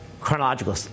chronological